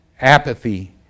apathy